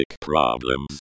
problems